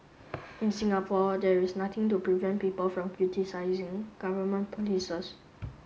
in Singapore there is nothing to prevent people from criticising government polices